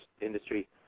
industry